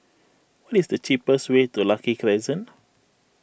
what is the cheapest way to Lucky Crescent